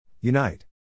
Unite